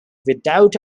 without